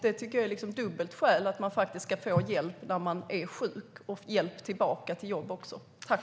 Det tycker jag är dubbla skäl för att faktiskt få hjälp när man är sjuk och också få hjälp att komma tillbaka till jobb.